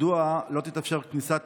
מדוע לא תתאפשר כניסת